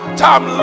time